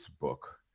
book